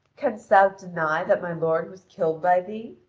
canst thou deny that my lord was killed by thee?